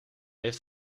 heeft